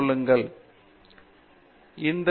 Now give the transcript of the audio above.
பேராசிரியர் பிரதாப் ஹரிதாஸ் கிரேட்